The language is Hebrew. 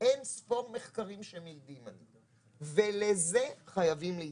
אין ספור מחקרים שמעידים על זה ולזה חייבים להתייחס.